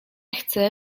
chcę